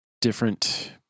different